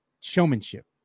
showmanship